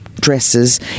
dresses